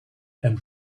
and